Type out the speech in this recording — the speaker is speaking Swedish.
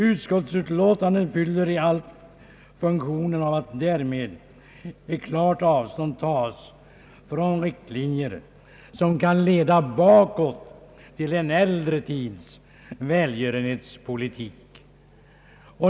Utskottsutlåtandet fyller i alla fall den funktionen att därmed ett klart avstånd tas från riktlinjer som kan leda bakåt till en äldre tids välgörenhetspolitik.